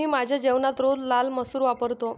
मी माझ्या जेवणात रोज लाल मसूर वापरतो